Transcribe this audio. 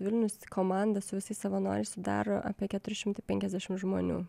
vilnius komandą su visais savanoriais sudaro apie keturi šimtai penkiasdešimt žmonių